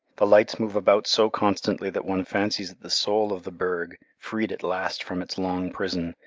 the lights move about so constantly that one fancies that the soul of the berg, freed at last from its long prison,